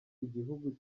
igihugu